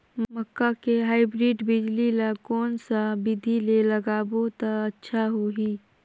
मक्का के हाईब्रिड बिजली ल कोन सा बिधी ले लगाबो त अच्छा होहि?